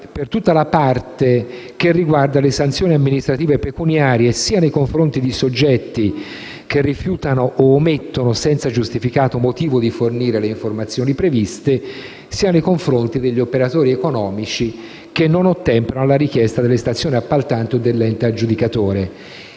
per tutta la parte riguardante le sanzioni amministrative e pecuniarie nei confronti sia dei soggetti che rifiutano o omettono senza giustificato motivo di fornire le informazioni previste, sia degli operatori economici che non ottemperano alla richiesta delle stazioni appaltanti o dell'ente aggiudicatore.